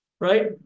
right